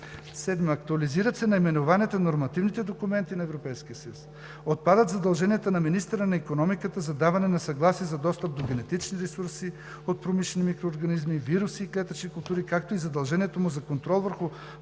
7. Актуализират се наименованията на нормативните документи на Европейския съюз. 8. Отпадат задълженията на министъра на икономиката за даване на съгласие за достъп до генетични ресурси от промишлените организми, вируси и клетъчни култури, както и задължението му за контрол върху